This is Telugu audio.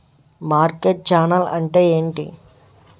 మార్కెట్ ఛానల్ అంటే ఏంటి?